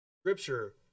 Scripture